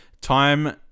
Time